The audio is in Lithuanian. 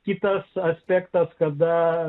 kitas aspektas kada